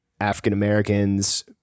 african-americans